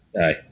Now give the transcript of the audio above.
Aye